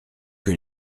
que